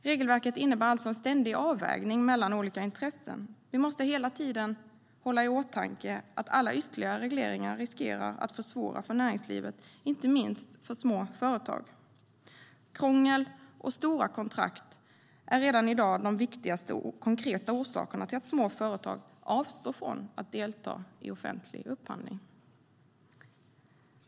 Regelverket innebär alltså en ständig avvägning mellan olika intressen. Vi måste hela tiden hålla i åtanke att alla ytterligare regleringar riskerar att försvåra för näringslivet, inte minst för små företag. Krångel och stora kontrakt är redan i dag de viktigaste konkreta orsakerna till att små företag avstår från att delta i offentlig upphandling.